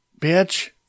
bitch